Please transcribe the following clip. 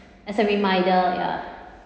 as a reminder ya